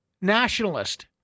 Nationalist